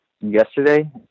yesterday